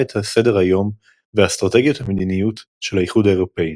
את סדר היום והאסטרטגיות המדיניות של האיחוד האירופי.